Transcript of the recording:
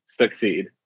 succeed